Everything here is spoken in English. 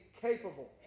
capable